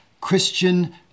Christian